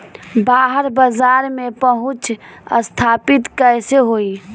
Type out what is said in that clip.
बाहर बाजार में पहुंच स्थापित कैसे होई?